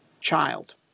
child